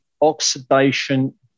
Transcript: oxidation